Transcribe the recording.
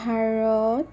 Bharat